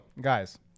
guys